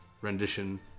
rendition